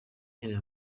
nkeneye